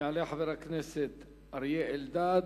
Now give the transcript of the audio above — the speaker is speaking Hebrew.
יעלה ויבוא חבר הכנסת אריה אלדד,